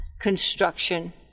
construction